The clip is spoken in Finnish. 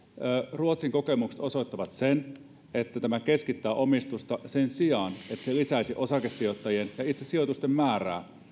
ruotsin kokemukset osoittavat että tämä keskittää omistusta sen sijaan että se lisäisi osakesijoittajien ja itse sijoitusten määrää